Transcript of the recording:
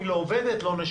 היא לא עובדת, לא נשלם.